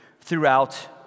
throughout